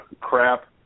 crap